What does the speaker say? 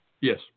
yes